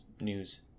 news